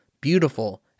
beautiful